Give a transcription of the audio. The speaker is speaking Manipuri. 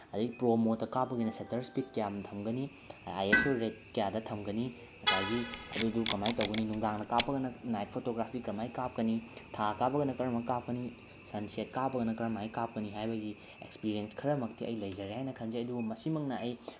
ꯑꯗꯩ ꯄ꯭ꯔꯣ ꯃꯣꯠꯇ ꯀꯥꯞꯄꯒꯤꯅ ꯁꯦꯇꯔ ꯏꯁꯄꯤꯠ ꯀꯌꯥꯝ ꯊꯝꯒꯅꯤ ꯑꯥꯏ ꯑꯦꯁ ꯑꯣ ꯔꯦꯠ ꯀꯌꯥꯗ ꯊꯝꯒꯅꯤ ꯉꯁꯥꯏꯒꯤ ꯑꯗꯨꯗꯨ ꯀꯃꯥꯏꯅ ꯇꯧꯒꯅꯤ ꯅꯨꯡꯗꯥꯡꯗ ꯀꯥꯞꯄꯒꯅ ꯅꯥꯏꯠ ꯐꯣꯇꯣꯒ꯭ꯔꯥꯐꯤ ꯀꯃꯥꯏꯅ ꯀꯥꯞꯀꯅꯤ ꯊꯥ ꯀꯥꯞꯄꯒꯅ ꯀꯔꯝꯕꯅ ꯀꯥꯞꯀꯅꯤ ꯁꯟꯁꯦꯠ ꯀꯥꯞꯄꯒꯅ ꯀꯔꯝꯍꯥꯏꯅ ꯀꯥꯞꯀꯅꯤ ꯍꯥꯏꯕꯒꯤ ꯑꯦꯛꯁꯄ꯭ꯔꯤꯌꯦꯟꯁ ꯈꯔꯃꯛꯇꯤ ꯑꯩ ꯂꯩꯖꯔꯦ ꯍꯥꯏꯅ ꯈꯟꯖꯩ ꯑꯗꯨꯕꯨ ꯃꯁꯤꯃꯛꯅ ꯑꯩ